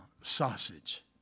sausage